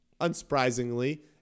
unsurprisingly